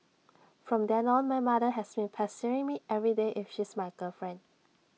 from then on my mother has been pestering me everyday if she's my girlfriend